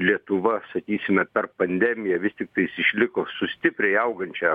lietuva sakysime per pandemiją vis tiktais išliko su stipriai augančia